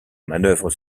manœuvre